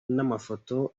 n’amafoto